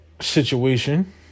situation